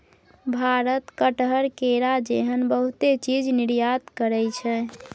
भारत कटहर, केरा जेहन बहुते चीज निर्यात करइ छै